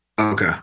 Okay